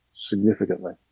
significantly